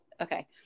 Okay